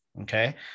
okay